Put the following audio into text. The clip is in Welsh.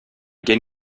gen